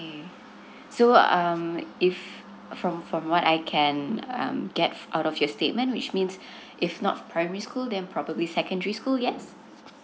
so um if from from what I can um get out of your statement which means if not primary school then probably secondary school yes